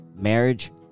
Marriage